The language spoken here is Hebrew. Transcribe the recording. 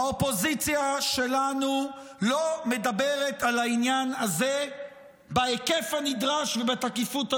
האופוזיציה שלנו לא מדברת על העניין הזה בהיקף הנדרש ובתקיפות הנדרשת.